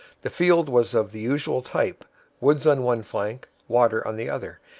the field was of the usual type woods on one flank, water on the other,